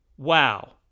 wow